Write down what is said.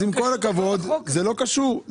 עם כל הכבוד, זה לא קשור.